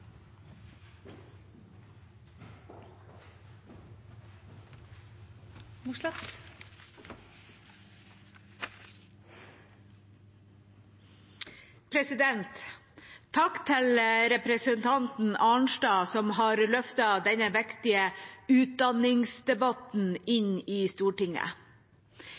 Takk til representanten Arnstad, som har løftet denne viktige utdanningsdebatten inn i Stortinget.